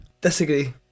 Disagree